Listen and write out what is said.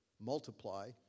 multiply